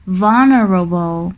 vulnerable 。